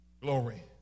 Glory